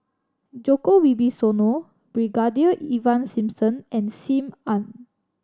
Djoko Wibisono Brigadier Ivan Simson and Sim Ann